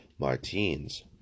Martins